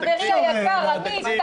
חברי היקר עמית.